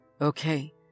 Okay